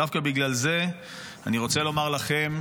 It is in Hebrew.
דווקא בגלל זה אני רוצה לומר לכם,